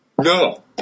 No